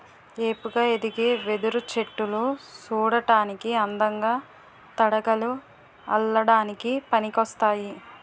ఏపుగా ఎదిగే వెదురు చెట్టులు సూడటానికి అందంగా, తడకలు అల్లడానికి పనికోస్తాయి